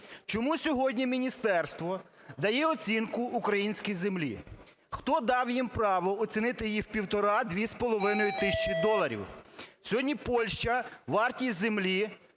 Чому сьогодні міністерство дає оцінку українській землі? Хто дав їм право оцінити її у 1,5-2,5 тисячі доларів? Сьогодні Польща, вартість землі